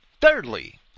Thirdly